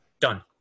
done